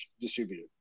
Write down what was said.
distributed